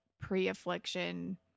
pre-affliction